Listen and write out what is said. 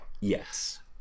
Yes